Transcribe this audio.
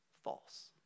False